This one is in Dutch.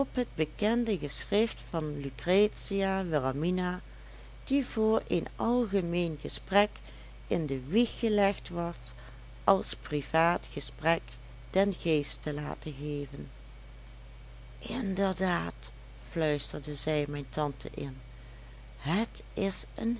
bekende geschrift van lucretia wilhelmina die voor een algemeen gesprek in de wieg gelegd was als privaat gesprek den geest te laten geven inderdaad fluisterde zij mijn tante in het is een